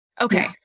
okay